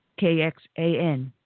KXAN